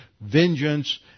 vengeance